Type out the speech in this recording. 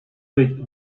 быть